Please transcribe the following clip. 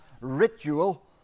ritual